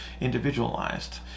individualized